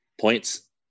points